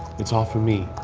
it's all for me,